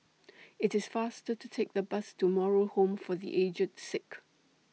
IT IS faster to Take The Bus to Moral Home For The Aged Sick